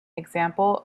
example